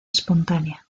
espontánea